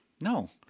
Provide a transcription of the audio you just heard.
No